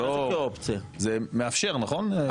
זה מאפשר, נכון?